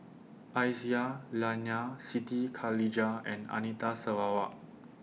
Aisyah Lyana Siti Khalijah and Anita Sarawak